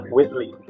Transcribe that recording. Whitley